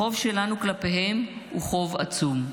החוב שלנו כלפיהם הוא חוב עצום.